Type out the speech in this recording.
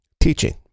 teaching